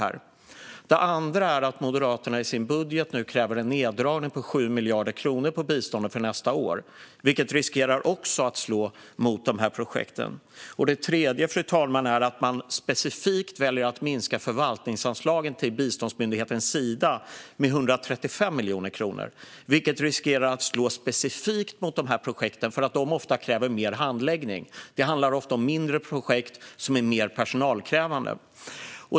För det första kräver Moderaterna i sin budget en neddragning på 7 miljarder kronor i biståndet nästa år, vilket också riskerar att slå mot dessa projekt. För det tredje väljer Moderaterna att minska förvaltningsanslagen till biståndsmyndigheten Sida med 135 miljoner kronor, vilket riskerar att slå specifikt mot dessa projekt eftersom de ofta kräver mer handläggning. Det handlar många gånger om mindre projekt som är mer personalkrävande.